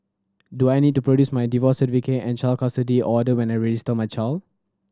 do I need to produce my divorce certificate and child custody order when I register my child